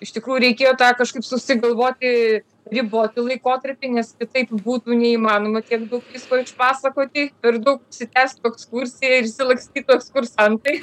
iš tikrųjų reikėjo tą kažkaip susigalvoti ribotą laikotarpį nes taip būtų neįmanoma tiek daug visko išpasakoti per daug išsitęstų ekskursija ir išsilakstytų ekskursantai